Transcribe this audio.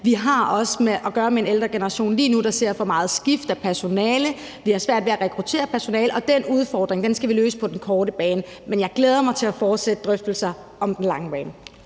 lige nu også at gøre med en ældregeneration, der ser for meget skift af personale, vi har svært ved at rekruttere personale, og den udfordring skal vi løse på den korte bane. Men jeg glæder mig til at fortsætte drøftelserne om den lange bane.